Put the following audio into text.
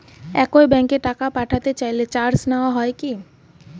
একই ব্যাংকে টাকা পাঠাতে চাইলে চার্জ নেওয়া হয় কি?